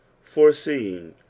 Foreseeing